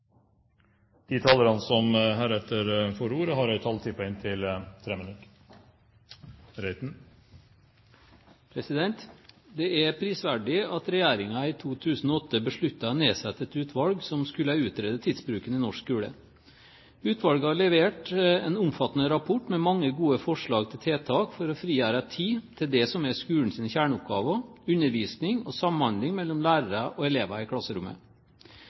prisverdig at regjeringen i 2008 besluttet å nedsette et utvalg som skulle utrede tidsbruken i norsk skole. Utvalget har levert en omfattende rapport med mange gode forslag til tiltak for å frigjøre tid til det som er skolens kjerneoppgaver: undervisning og samhandling mellom lærere og elever i klasserommet.